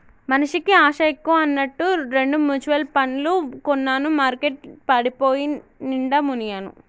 మనిషికి ఆశ ఎక్కువ అన్నట్టు రెండు మ్యుచువల్ పండ్లు కొన్నాను మార్కెట్ పడిపోయి నిండా మునిగాను